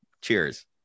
cheers